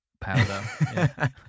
powder